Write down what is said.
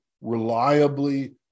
reliably